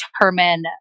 determine